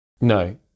No